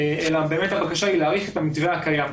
אלא הבקשה היא להאריך את המתווה הקיים,